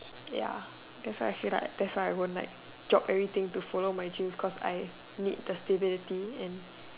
ya that's why I feel like I won't like drop everything to follow my dreams cause I need the stability and